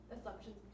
assumptions